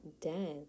dance